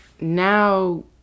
now